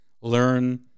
learn